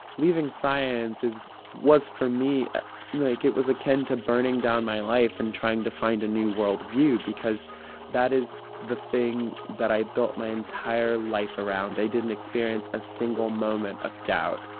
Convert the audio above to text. leaving science is was for me like, it was akin to burning down my life and trying to find a new worldview because that is the thing that i built my entire life around. i didn't experience a single moment of doubt